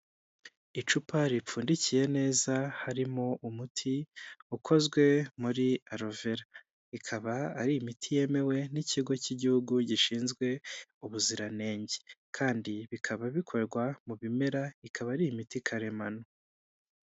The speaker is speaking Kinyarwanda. Icupa ripfundikiye neza harimo umuti ukozwe muri alovera ikaba ari imiti yemewe n'ikigo cy'Igihugu gishinzwe ubuziranenge kandi bikaba bikorwa mu bimera, ikaba ari imiti karemano.